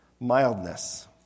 mildness